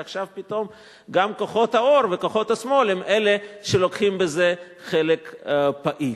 רק עכשיו פתאום גם "כוחות האור" וכוחות השמאל הם שלוקחים בזה חלק פעיל.